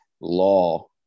law